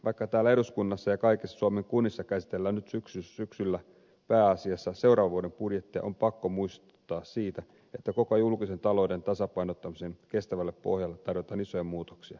vaikka täällä eduskunnassa ja kaikissa suomen kunnissa käsitellään nyt syksyllä pääasiassa seuraavan vuoden budjettia on pakko muistuttaa siitä että koko julkisen talouden tasapainottamiseen kestävälle pohjalle tarvitaan isoja muutoksia